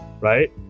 Right